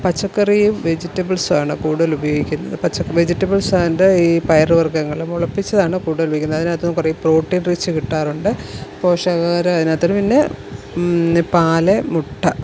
പച്ചക്കറിയും വെജിറ്റബിൾസും ആണ് കൂടുതൽ ഉപയോഗിക്കുന്നത് പച്ച വെജിറ്റബിൾസ് ആൻറ്റ് ഈ പയറുവർഗ്ഗങ്ങൾ മുളപ്പിച്ചതാണ് കൂടുതൽ ഉപയോഗിക്കുന്നത് അതിനകത്തു നിന്ന് കുറേ പ്രോട്ടീൻ റിച്ച് കിട്ടാറുണ്ട് പോഷകാഹാരം അതിനകത്തുണ്ട് പിന്നെ പാല് മുട്ട